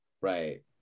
right